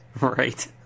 right